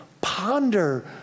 ponder